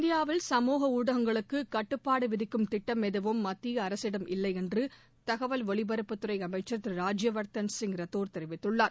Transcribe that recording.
இந்தியாவில் சமூக ஊடகங்களுக்கு கட்டுப்பாடு விதிக்கும் திட்டம் எதுவும் மத்திய அரசிடம் இல்லையென்று தகவல் ஒலிபரப்புத்துறை அமைச்சர் திரு ராஜ்யவர்தன்சிங் ரத்தோர் தெரிவித்துள்ளார்